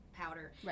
powder